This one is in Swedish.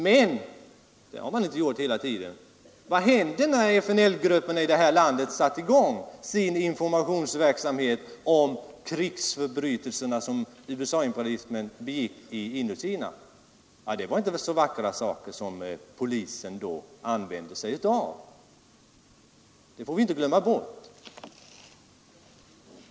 Men det har man inte gjort hela tiden. Vad hände när FNL-grupperna i det här landet satte i gång sin informations verksamhet rörande krigsförbrytelserna som USA-imperialismen begick i Indokina? Det var inte så vackra medel som polisen då använde sig av. Det får inte glömmas bort.